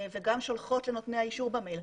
וגם שולחות לנותני האישור במייל.